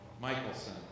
Michelson